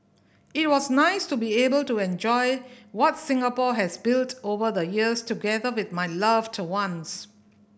it was nice to be able to enjoy what Singapore has built over the years together with my loved ones